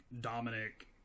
Dominic